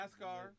NASCAR